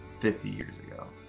fifty years ago